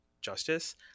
justice